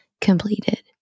completed